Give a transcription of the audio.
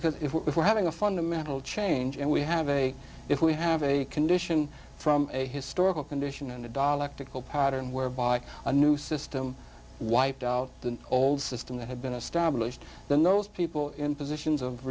because if we're having a fundamental change and we have a if we have a condition from a historical condition and a dalek tickle pattern whereby a new system wiped out the old system that had been established then those people in positions of